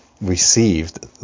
received